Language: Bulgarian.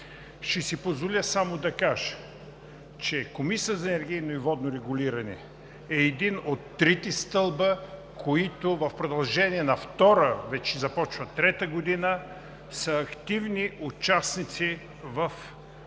Ще си позволя само да кажа, че Комисията за енергийно и водно регулиране е един от трите стълба, които в продължение на втора, вече започва трета година, са активни участници в реформите,